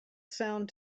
sound